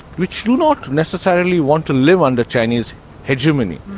which do not necessarily want to live under chinese hegemony.